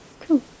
Cool